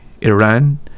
Iran